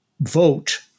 vote